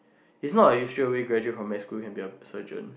is not like you straightaway graduate from med school you can be a surgeon